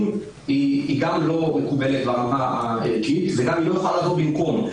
גם לא מקובלת ברמה הערכית וגם לא יכולה לבוא במקום.